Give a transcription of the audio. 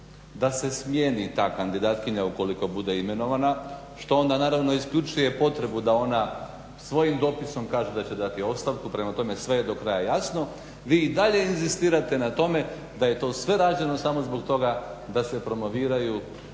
da se smijeni ta kandidatkinja ukoliko bude imenovana što onda naravno isključuje potrebu da ona svojim dopisom kaže da će dati ostavku, prema tome sve je do kraj jasno. Vi i dalje inzistirate na tome da je to sve rađeno samo zbog toga da se promoviraju